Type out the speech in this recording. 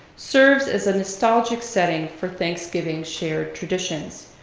serves as a nostalgic setting for thanksgiving shared traditions,